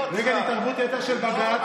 גבוהה-גבוהה על התערבות יתר של בג"ץ,